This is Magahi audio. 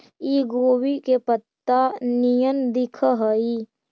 इ गोभी के पतत्ता निअन दिखऽ हइ